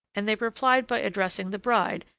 and they replied by addressing the bride,